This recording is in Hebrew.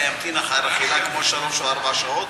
אלא ימתין אחר אכילה כמו שלוש או ארבע שעות,